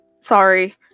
sorry